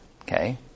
Okay